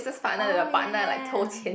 oh ya ya ya